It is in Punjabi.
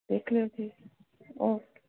ਦੇਖ ਲਓ ਜੀ ਓਕੇ